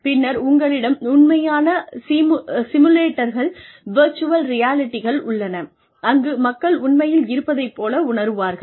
பின்னர் உங்களிடம் உண்மையான சிமுலேட்டர்கள் வெர்ச்சுவல் ரியாலிட்டிகள் உள்ளன அங்கு மக்கள் உண்மையில் இருப்பதை போல உணர்வார்கள்